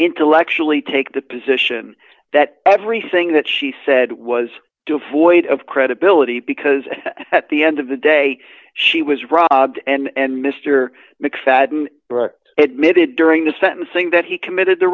intellectually take the position that everything that she said was devoid of credibility because at the end of the day she was robbed and mr mcfadden admitted during the sentencing that he committed the